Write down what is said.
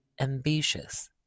ambitious